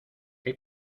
qué